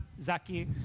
Zaki